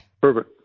Perfect